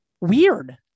Weird